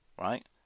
right